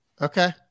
Okay